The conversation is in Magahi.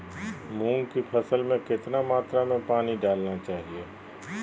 मूंग की फसल में कितना मात्रा में पानी डालना चाहिए?